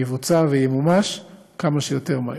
יבוצע וימומש כמה שיותר מהר.